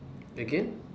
again